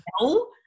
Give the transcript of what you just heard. no